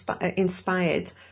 inspired